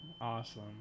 Awesome